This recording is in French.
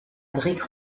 brique